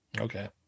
Okay